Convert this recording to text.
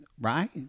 right